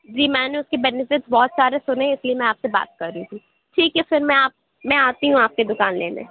جی میں نے اُس كی بینیفٹ بہت سارے سُنے اِس لیے میں آپ سے بات کر رہی تھی ٹھیک ہے پھر میں میں آتی ہوں آپ كی دُكان لینے